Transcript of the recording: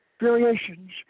variations